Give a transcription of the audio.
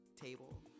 table